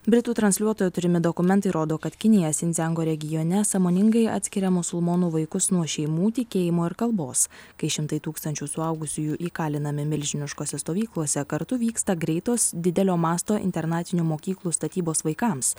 britų transliuotojo turimi dokumentai rodo kad kinija sindziango regione sąmoningai atskiria musulmonų vaikus nuo šeimų tikėjimo ir kalbos kai šimtai tūkstančių suaugusiųjų įkalinami milžiniškose stovyklose kartu vyksta greitos didelio masto internatinių mokyklų statybos vaikams